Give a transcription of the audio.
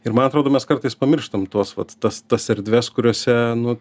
ir man atrodo mes kartais pamirštam tuos vat tas tas erdves kuriose nu